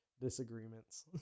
disagreements